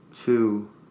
Two